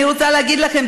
אני רוצה להגיד לכם,